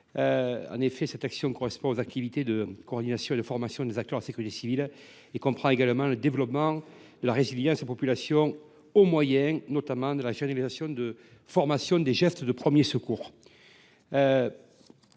sécurité civile » correspond aux activités de coordination et de formation des acteurs de la sécurité civile. Elle comprend également le développement de la résilience de la population au moyen, notamment, de la généralisation de la formation aux gestes de premiers secours.